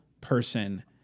person